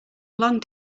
long